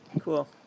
cool